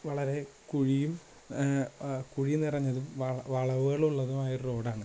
വളരെ കുഴിയും കുഴി നിറഞ്ഞതും വള വളവുകൾ ഉള്ളതുമായ ഒരു റോഡാണ്